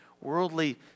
worldly